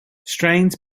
strains